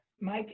Mike